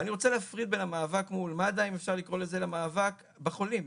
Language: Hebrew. אבל אני רוצה להפריד בין המאבק מול מד"א לבין המאבק בחולים.